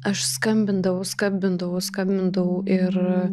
aš skambindavau skambindavau skambindavau ir